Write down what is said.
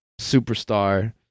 superstar